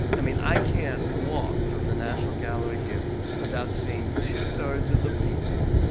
i mean, i can't walk from the national gallery here without seeing two-thirds of the people